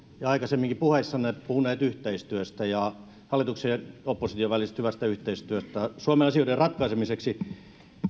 ja aikaisemminkin puheissanne puhuneet yhteistyöstä ja hallituksen ja opposition välisestä hyvästä yhteistyöstä suomen asioiden ratkaisemiseksi